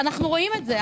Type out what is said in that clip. אנחנו רואים את זה.